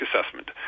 assessment